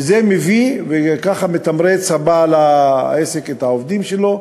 וזה מביא, וככה מתמרץ בעל העסק את העובדים שלו.